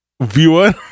viewer